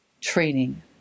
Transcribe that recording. training